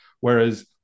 whereas